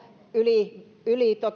yli yli